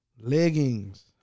Leggings